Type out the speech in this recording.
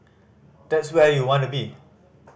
that's where you'll want to be